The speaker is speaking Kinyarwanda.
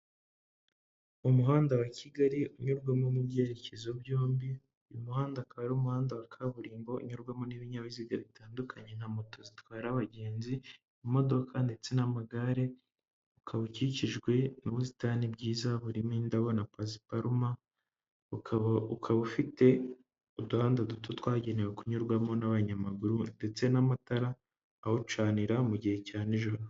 Umuhanda wa Kigali unyurwamo mu byerekezo byombi. Uyu muhanda akaba ari umuhanda wa kaburimbo unyurwamo n'ibinyabiziga bitandukanye nka moto zitwara abagenzi, imodoka ndetse n'amagare, ukaba ukikijwe n'ubusitani bwiza burimo indabo na pasiparuma. Ukaba ufite uduhanda duto twagenewe kunyurwamo n'abanyamaguru ndetse n'amatara awucanira mu gihe cya nijoro.